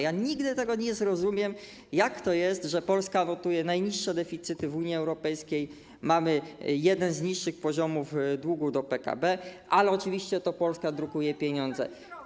Ja nigdy tego nie zrozumiem, jak to jest, że Polska notuje najniższe deficyty w Unii Europejskiej, mamy z jeden z niższych poziomów długu w stosunku do PKB, ale oczywiście to Polska drukuje pieniądze.